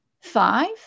five